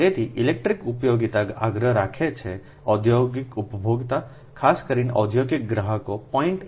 તેથી ઇલેક્ટ્રિક ઉપયોગિતાઓ આગ્રહ રાખે છે ઔદ્યોગિક ઉપભોક્તા ખાસ કરીને ઔદ્યોગિક ગ્રાહકો 0